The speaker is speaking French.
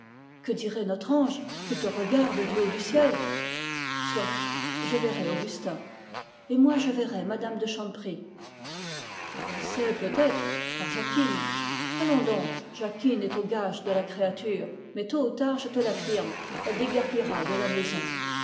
que dirait notre ange qui te regarde du haut du ciel soit je verrai augustin et moi je verrai mme de chanteprie elle sait peut-être par jacquine allons donc jacquine est aux gages de la créature mais tôt ou tard je te l'affirme elle déguerpira de la maison